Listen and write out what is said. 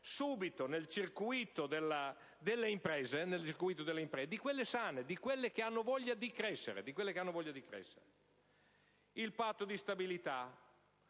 risorse nel circuito delle imprese, di quelle sane, di quelle che hanno voglia di crescere. Il Patto di stabilità.